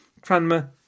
Cranmer